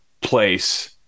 place